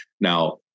Now